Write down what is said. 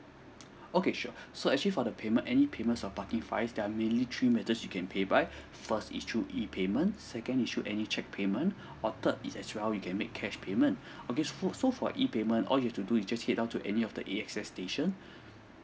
okay sure so actually for the payment any payments of parking fines there are mainly methods you can pay by first is through E payment second is through any cheque payment or third is as well you can make cash payment okay for so for E payment all you have to do you just head down to any of the A_X_S station